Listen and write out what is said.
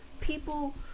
people